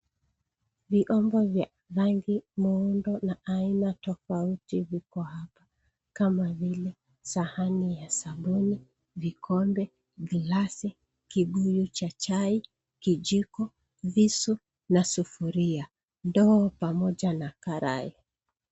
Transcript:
Vyombo vya rangi, muundo na aina tofauti viko hapa kama vile sahani ya sabuni, vikombe, gilasi, kibuyu cha chai, kijiko, visu na sufuria, ndoo pamoja na karai.